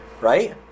right